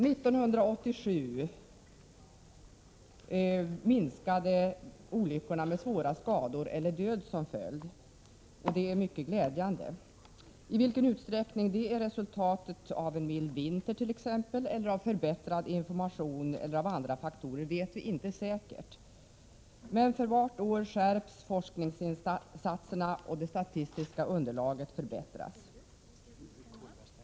1987 minskade antalet olyckor med svåra skador eller död som följd. Det är mycket glädjande. I vilken utsträckning det är resultat av mild vinter, av förbättrad information eller av andra faktorer vet vi inte säkert. Men för varje år skärps forskningsinsatserna och det statistiska underlaget förbättras.